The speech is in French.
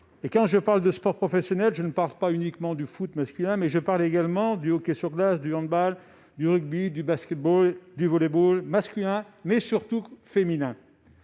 Quand je parle de sport professionnel, je ne pense pas uniquement au foot masculin, mais je parle également du hockey sur glace, du handball, du rugby, du basket-ball, du volley-ball masculins et surtout féminins.